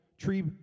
tree